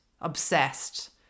Obsessed